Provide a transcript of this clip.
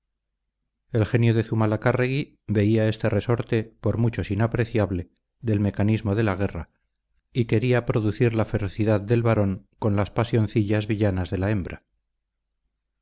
el genio de zumalacárregui veía este resorte por muchos inapreciable del mecanismo de la guerra y quería producir la ferocidad del varón con las pasioncillas villanas de la hembra